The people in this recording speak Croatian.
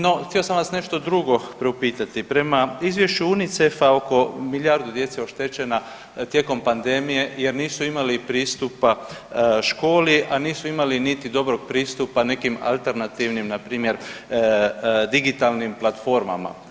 No, htio sam vas nešto drugo priupitati, prema izvješću UNICEF-a oko milijardu djece je oštećena tijekom pandemije jer nisu imali pristupa školi, a nisu imali niti dobrog pristupa nekim alternativnim npr. digitalnim platformama.